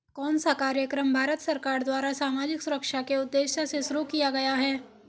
कौन सा कार्यक्रम भारत सरकार द्वारा सामाजिक सुरक्षा के उद्देश्य से शुरू किया गया है?